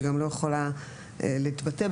שלא יכולה להתבטא,